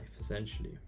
essentially